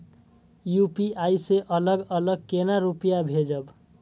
UPI से अलग अलग केना रुपया भेजब